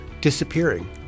disappearing